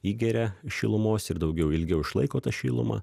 įgeria šilumos ir daugiau ilgiau išlaiko tą šilumą